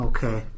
Okay